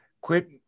Quit